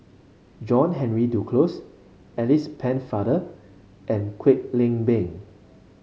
John Henry Duclos Alice Pennefather and Kwek Leng Beng